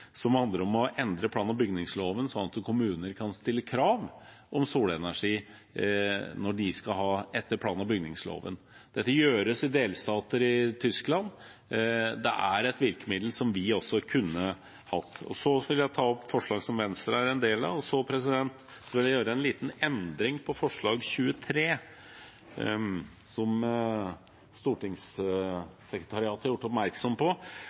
som handler om å endre plan- og bygningsloven slik at kommuner kan stille krav om solenergi etter plan- og bygningsloven. Dette gjøres i delstater i Tyskland. Det er et virkemiddel som vi også kunne hatt. Jeg skal ta opp forslag nr. 23, fra Venstre. Vi bør gjøre en liten endring i det forslaget, noe stortingssekretariatet har gjort oppmerksom på. Forslaget lyder da. «Stortinget ber regjeringen fremme forslag om å tilføre Statnett midler som